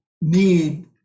need